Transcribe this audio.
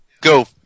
Go